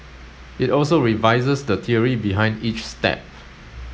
it also revises the theory behind each step